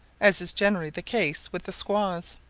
as is generally the case with the squaws.